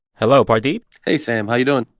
hello, pardeep? hey, sam, how you doing?